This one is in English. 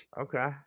Okay